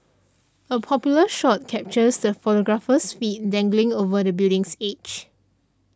a popular shot captures the photographer's feet dangling over the building's edge